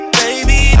baby